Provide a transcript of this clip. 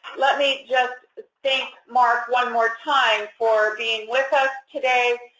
let me just thank mark one more time for being with us today,